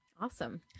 Awesome